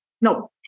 No